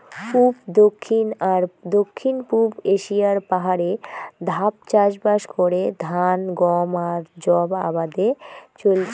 পুব, দক্ষিণ আর দক্ষিণ পুব এশিয়ার পাহাড়ে ধাপ চাষবাস করে ধান, গম আর যব আবাদে চইলচে